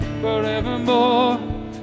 Forevermore